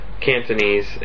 Cantonese